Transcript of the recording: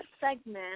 segment